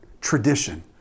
tradition